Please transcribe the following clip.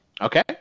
Okay